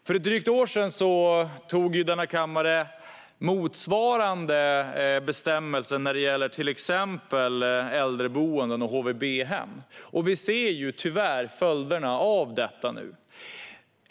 För drygt ett år sedan antog denna kammare motsvarande bestämmelse när det gäller till exempel äldreboenden och HVB-hem. Vi ser tyvärr följderna av detta nu.